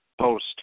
post